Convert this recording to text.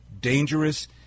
dangerous